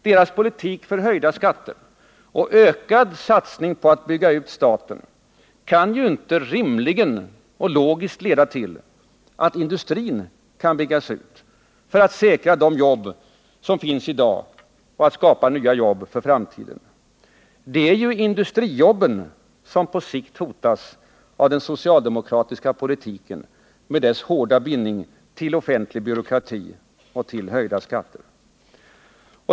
Deras politik för höjda skatter och ökad satsning på att bygga ut staten kan ju rimligen inte leda till att industrin kan byggas ut för att säkra de jobb som finns i dag och att skapa nya jobb för framtiden. Det är ju industrijobben som på sikt hotas av den socialdemokratiska politiken med dess hårda bindning till offentlig byråkrati och till höjda skatter.